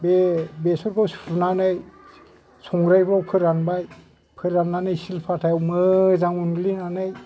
बे बेसरखौ सुनानै संग्रायफ्राव फोरानबाय फोराननानै सिलफाथायाव मोजां उनग्लिनानै